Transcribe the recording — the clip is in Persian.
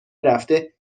رفته